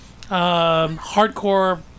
Hardcore